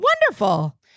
Wonderful